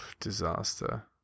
Disaster